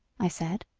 i said.